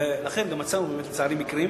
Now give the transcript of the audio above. לכן גם מצאנו באמת, לצערי, מקרים